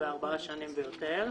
שנים ויותר.